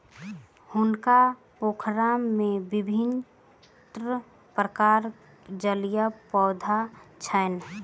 हुनकर पोखैर में विभिन्न प्रकारक जलीय पौधा छैन